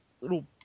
little